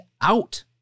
out